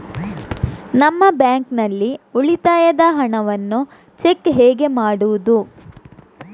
ನಮ್ಮ ಬ್ಯಾಂಕ್ ನಲ್ಲಿ ಉಳಿತಾಯದ ಹಣವನ್ನು ಚೆಕ್ ಹೇಗೆ ಮಾಡುವುದು?